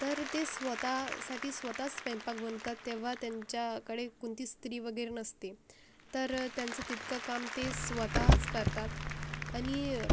तर ते स्वतःसाठी स्वतः स्वयंपाक बनवतात तेव्हा त्यांच्याकडे कोणती स्त्री वगैरे नसते तर त्यांचं तितकं काम ते स्वतःच करतात आणि